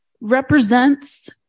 represents